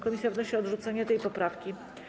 Komisja wnosi o odrzucenie tej poprawki.